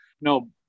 No